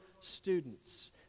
students